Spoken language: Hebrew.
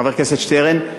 חבר הכנסת שטרן,